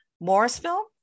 Morrisville